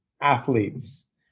athletes